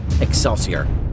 Excelsior